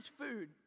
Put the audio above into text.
food